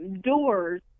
doors